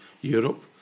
Europe